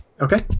okay